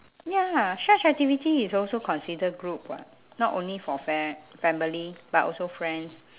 ya such activity is also consider group [what] not only for fa~ family but also friends